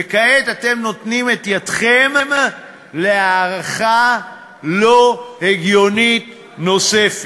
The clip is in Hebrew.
וכעת אתם נותנים את ידכם להארכה לא הגיונית נוספת.